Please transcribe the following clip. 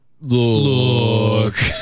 Look